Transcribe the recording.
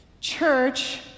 Church